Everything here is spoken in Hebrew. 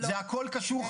זה הכול קשור,